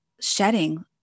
shedding